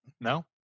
no